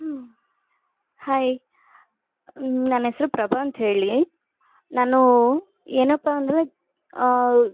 ಹ್ಞೂ ಹಾಯ್ ನನ್ನ ಹೆಸ್ರು ಪ್ರಭಾ ಅಂತ್ಹೇಳಿ ನಾನು ಏನಪ್ಪಾ ಅಂದರೆ